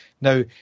Now